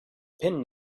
pin